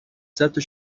صدتا